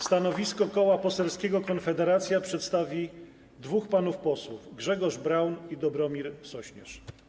Stanowisko Koła Poselskiego Konfederacja przedstawi dwóch panów posłów: Grzegorz Braun i Dobromir Sośnierz.